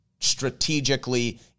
strategically